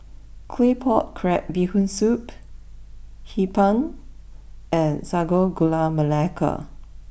Claypot Crab Bee Hoon Soup Hee Pan and Sago Gula Melaka